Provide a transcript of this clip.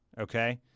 Okay